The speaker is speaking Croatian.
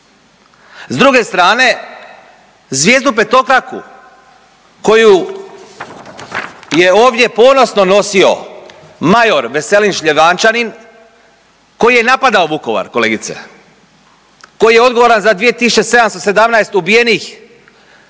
S druge strane zvijezdu petokraku koju je ovdje ponosno nosio major Veselin Šljivančanin koji je napadao Vukovar kolegice, koji je odgovoran za 2.717 ubijenih